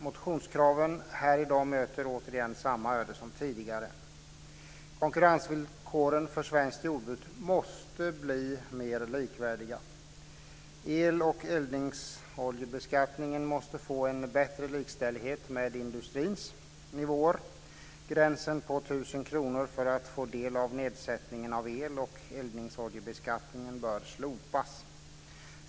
Motionskraven här i dag möter återigen samma öde som tidigare. Konkurrensvillkoren för svenskt jordbruk måste bli mer likvärdiga. El och eldningsoljebeskattningen måste få en bättre likställighet med industrins nivåer. Gränsen på 1 000 kr för att få del av nedsättningen av el och eldningsoljebeskattningen bör slopas.